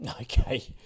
Okay